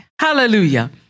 Hallelujah